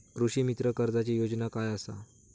कृषीमित्र कर्जाची योजना काय असा?